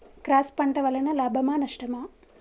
Cross పంట వలన లాభమా నష్టమా?